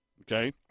okay